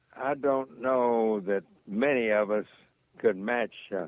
i don't know that many of us could match